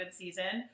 season